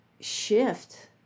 shift